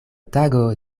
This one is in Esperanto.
tago